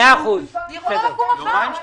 היא יכולה לקום מחר.